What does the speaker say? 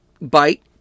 bite